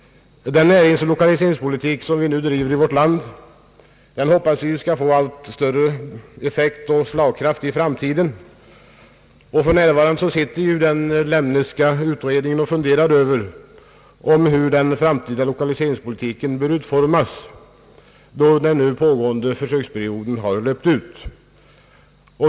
Den näringsoch lokaliseringspolitik som nu bedrivs i vårt land hoppas vi skall få allt större effekt och slagkraft i framtiden. För närvarande sitter den Lemneska utredningen och funderar över hur den framtida lokaliseringspolitiken bör utformas då den nu pågående försöksperioden har löpt ut.